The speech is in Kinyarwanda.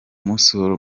musaruro